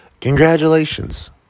congratulations